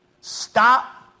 stop